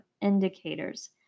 indicators